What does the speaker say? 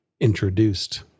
introduced